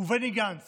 ובני גנץ